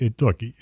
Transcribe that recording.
look